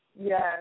Yes